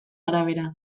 arabera